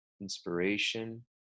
inspiration